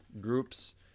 groups